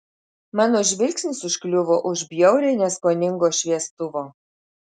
mano žvilgsnis užkliuvo už bjauriai neskoningo šviestuvo